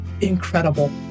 incredible